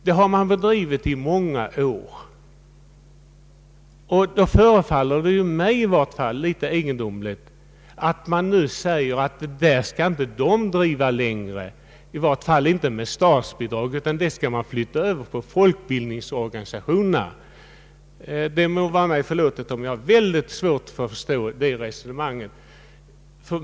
Den verksamheten har bedrivits i många år, och det förefaller mig litet egendomligt att sådan kursverksamhet inte längre skall få bedrivas av fackliga organisationer, i varje fall inte med statsbidrag. Den verksamheten vill man nu flytta över till folkbildningsorganisationerna. Det må vara mig förlåtet att jag har mycket svårt att förstå ett sådant resonemang.